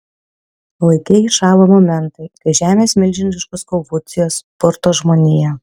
laike įšąla momentai kai žemės milžiniškos konvulsijos purto žmoniją